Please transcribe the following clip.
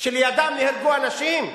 שלידם נהרגו אנשים,